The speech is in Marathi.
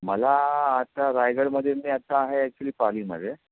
मला आता रायगडमध्ये मी आता आहे ॲक्चुली पालीमध्ये